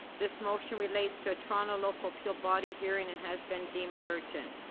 this motion relates to toronto local appeal body hearing and has been deemed urgent.